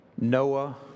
Noah